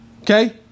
Okay